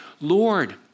Lord